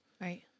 Right